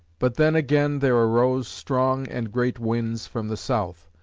but then again there arose strong and great winds from the south,